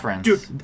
Dude